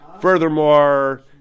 Furthermore